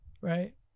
right